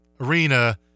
Arena